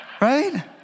right